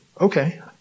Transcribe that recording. Okay